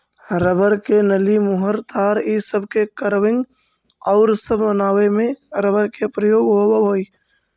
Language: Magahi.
रबर के नली, मुहर, तार इ सब के कवरिंग औउर सब बनावे में रबर के प्रयोग होवऽ हई